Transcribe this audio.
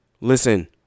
Listen